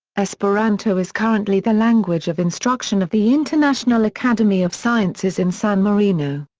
esperanto is currently the language of instruction of the international academy of sciences in san marino.